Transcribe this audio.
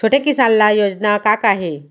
छोटे किसान ल योजना का का हे?